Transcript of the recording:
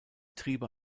triebe